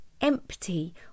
empty